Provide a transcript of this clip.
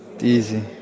easy